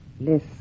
less